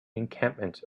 encampment